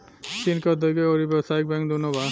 चीन के औधोगिक अउरी व्यावसायिक बैंक दुनो बा